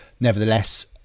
nevertheless